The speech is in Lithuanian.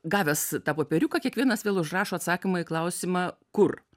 gavęs tą popieriuką kiekvienas vėl užrašo atsakymą į klausimą kur